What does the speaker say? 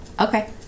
Okay